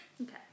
Okay